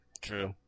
True